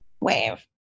wave